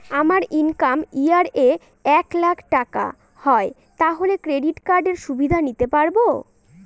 আমার income year এ এক লাক টাকা হয় তাহলে ক্রেডিট কার্ড এর সুবিধা নিতে পারবো?